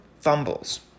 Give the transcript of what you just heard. fumbles